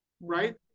right